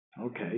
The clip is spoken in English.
Okay